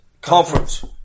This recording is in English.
Conference